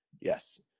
yes